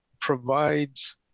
provides